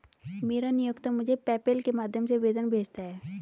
मेरा नियोक्ता मुझे पेपैल के माध्यम से वेतन भेजता है